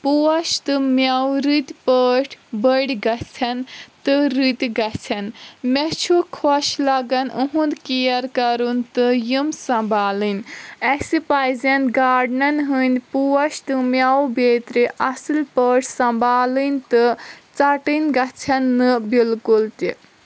پوش تہٕ مٮ۪وٕ رٔتۍ پٲٹھۍ بٔڑۍ گژھن تہٕ رٔتۍ گژھن مےٚ چھُ خۄش لگان اوہُنٛد کیر کرُن تہٕ یِم سنبھالٕنۍ اسہِ پزِ گاڈنن ہٕنٛدۍ پوش تہٕ مٮ۪وٕ بٮ۪ترِ اصل پٲٹھۍ سنبھالٕنۍ تہٕ ژٹٕنۍ گژھن نہٕ بالکل تہِ